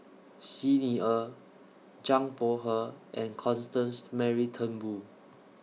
Xi Ni Er Zhang Bohe and Constance Mary Turnbull